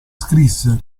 scrisse